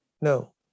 No